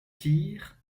tir